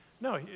No